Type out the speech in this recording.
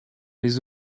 les